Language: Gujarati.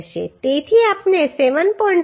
તેથી આપણે 7